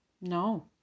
No